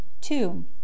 Two